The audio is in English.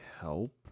help